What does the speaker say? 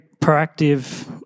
proactive